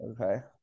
Okay